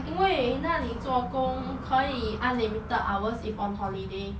因为那里做工可以 unlimited hours if on holiday